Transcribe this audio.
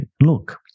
look